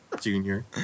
Junior